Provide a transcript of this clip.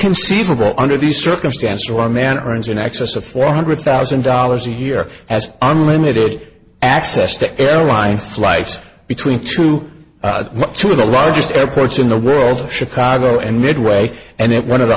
inconceivable under the circumstance or manner as in excess of four hundred thousand dollars a year has unlimited access to airline flights between two of the largest airports in the world chicago and midway and it one of the